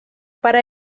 para